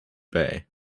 bay